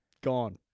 Gone